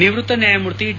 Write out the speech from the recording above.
ನಿವೃತ್ತ ನ್ನಾಯಮೂರ್ತಿ ಡಿ